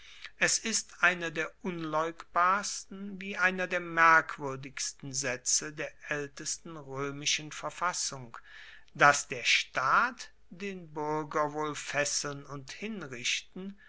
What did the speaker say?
es ist einer der unleugbarsten wie einer der merkwuerdigsten saetze der aeltesten roemischen verfassung dass der staat den buerger wohl fesseln und hinrichten